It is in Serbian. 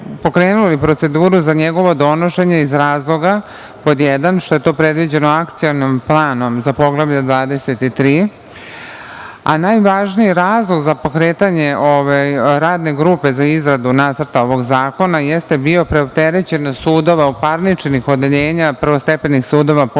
proceduru za njegovo donošenje iz razloga pod 1 - zato što je to predviđeno Akcionim planom za Poglavlje 23. Najvažniji razlog za pokretanje radne grupe za izradu nacrta ovog zakona jeste bio preopterećenost sudova parničnih odeljenja, prvostepenih sudova,